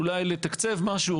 אולי לתקצב משהו,